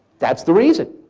that's the reason.